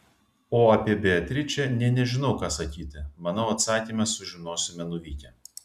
o apie beatričę nė nežinau ką sakyti manau atsakymą sužinosime nuvykę